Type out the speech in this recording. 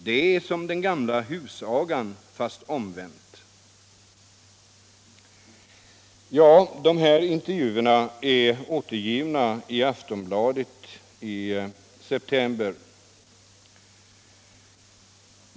Det är som den gamla husagan, fast omvänt.” Dessa inlervjucr' är återgivna i Aftonbladet i september.